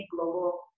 global